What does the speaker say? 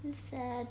sad